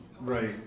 right